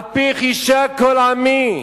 על פיך יישק כל עמי.